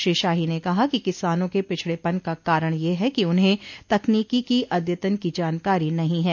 श्री शाही ने कहा कि किसानों के पिछड़ेपन का कारण यह है कि उन्हें तकनीकी की अद्यतन की जानकारी नहीं है